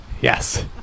Yes